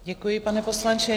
Děkuji, pane poslanče.